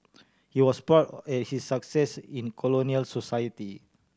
he was proud of his success in colonial society